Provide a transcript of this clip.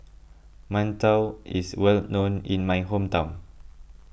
Mantou is well known in my hometown